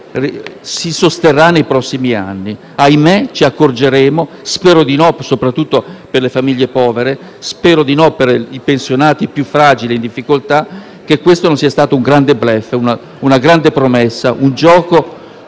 si sosterrà nei prossimi anni. Ahimè ci accorgeremo - spero di no soprattutto per le famiglie povere e per i pensionati più fragili e in difficoltà - che questo sarà stato un grande *bluff*, una grande promessa, un gioco